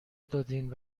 دادین